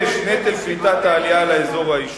מה הקשר, 6. נטל קליטת העלייה על האזור או היישוב,